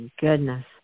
goodness